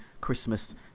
Christmas